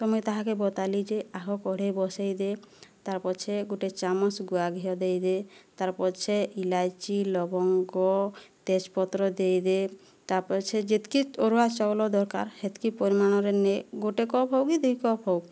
ତ ମୁଇଁ ତାହାକେ ବତାଲି ଯେ ଆହ କଡ଼ାଇ ବସାଇ ଦେ ତା'ର୍ ପଛେ ଗୋଟିଏ ଚାମଚ ଗୁଆ ଘିଅ ଦେଇଦେ ତା'ର୍ ପଛେ ଇଲାଇଚି ଲବଙ୍ଗ ତେଜ୍ ପତ୍ର ଦେଇଦେ ତା'ପରେ ସେ ଯେତିକି ଅରୁଆ ଚାଉଳ ଦରକାର ହେତ୍କି ପରିମାଣରେ ନେ ଗୋଟିଏ କପ୍ ହେଉ କି ଦୁଇ କପ୍ ହେଉ